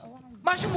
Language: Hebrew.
איפה הוא ישן?